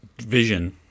vision